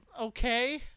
okay